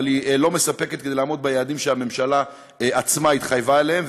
אבל היא לא מספקת כדי לעמוד ביעדים שהממשלה עצמה התחייבה להם,